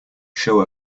show